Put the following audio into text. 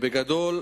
בגדול,